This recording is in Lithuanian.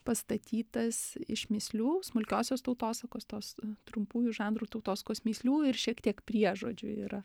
pastatytas iš mįslių smulkiosios tautosakos tos trumpųjų žanrų tautosakos mįslių ir šiek tiek priežodžių yra